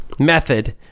Method